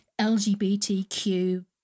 LGBTQ